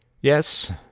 Yes